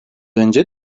önce